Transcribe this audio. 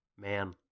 Man